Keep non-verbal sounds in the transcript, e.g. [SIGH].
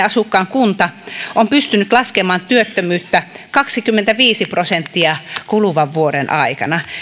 [UNINTELLIGIBLE] asukkaan kunta on pystynyt laskemaan työttömyyttä kaksikymmentäviisi prosenttia kuluvan vuoden aikana